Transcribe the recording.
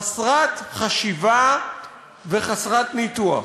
חסרת חשיבה וחסרת ניתוח.